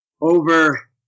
over